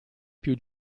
più